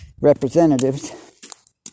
Representatives